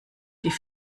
die